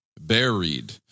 buried